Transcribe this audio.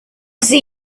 see